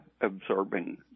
absorbing